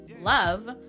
love